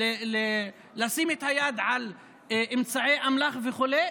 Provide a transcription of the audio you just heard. אפשר לשים את היד על אמצעי אמל"ח וכו',